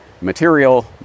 material